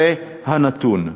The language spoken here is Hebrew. זה הנתון.